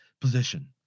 position